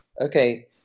okay